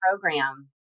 program